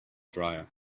driver